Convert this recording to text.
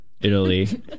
Italy